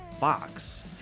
Box